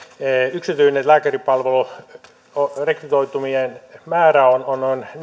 yksityisissä lääkäripalveluissa rekrytointien määrässä on